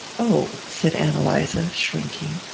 oh, said ann eliza, shrinking.